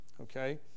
okay